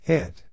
Hit